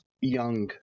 young